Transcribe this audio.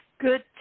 good